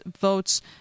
votes